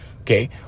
okay